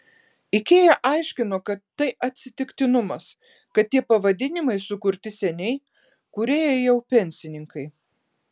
ikea aiškino kad tai atsitiktinumas kad tie pavadinimai sukurti seniai kūrėjai jau pensininkai